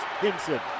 Hinson